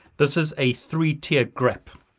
this is a three-tiered grep.